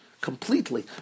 Completely